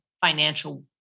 financial